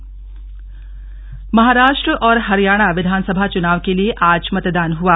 महाराष्ट्र हरिणाणा चुनाव महाराष्ट्र और हरियाणा विधानसभा चुनाव के लिए आज मतदान हुआ